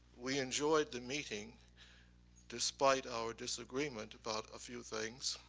we enjoyed the meeting despite our disagreement about a few things.